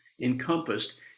encompassed